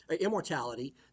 Immortality